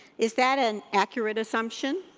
is that an accurate assumption?